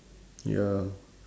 ya